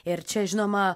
ir čia žinoma